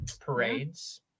parades